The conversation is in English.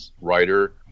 writer